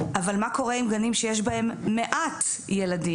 אבל מה קורה עם גנים שיש בהם מעט ילדים?